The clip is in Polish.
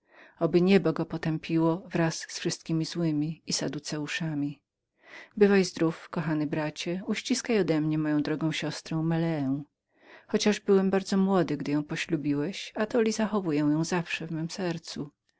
oby niebo go potępiło wraz z wszystkiemi złymi i saduceuszami bywaj zdrów kochany bracie uściskaj odemnie moją drogą siostrę meleę chociaż byłem bardzo młodym gdy ją poślubiłeś atoli mam ją zawsze przytomną memu sercu